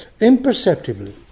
imperceptibly